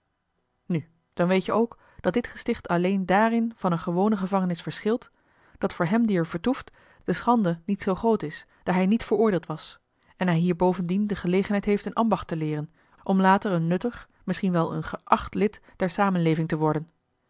nu dan weet je ook dat dit gesticht alleen daarin van eene gewone gevangenis verschilt dat voor hem die er vertoeft de schande niet zoo groot is daar hij niet veroordeeld was en hij hier bovendien de gelegenheid heeft een ambacht te leeren om later een nuttig misschien wel een geacht lid der samenleving te worden